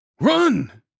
Run